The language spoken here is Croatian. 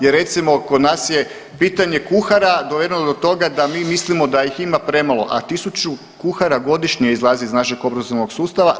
Jer recimo kod nas je pitanje kuhara dovedeno do toga da mi mislimo da ih ima premalo, a 1000 kuhara godišnje izlazi iz našeg obrazovnog sustava.